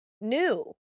new